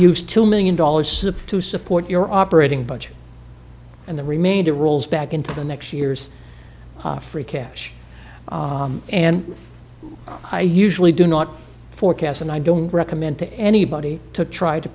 use two million dollars to support your operating budget and the remainder rolls back into the next year's free cash and i usually do not forecast and i don't recommend to anybody to try to